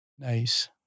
Nice